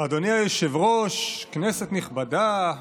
אדוני היושב-ראש, כנסת נכבדה,